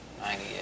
98